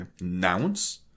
nouns